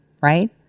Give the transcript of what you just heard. Right